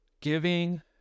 giving